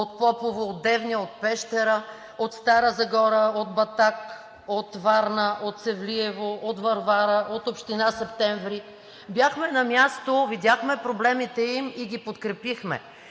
от Попово, от Девня, от Пещера, от Стара Загора, от Батак, от Варна, от Севлиево, от Варвара, от община Септември – бяхме на място, видяхме проблемите им и ги подкрепихме.